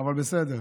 אבל בסדר.